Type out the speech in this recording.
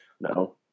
No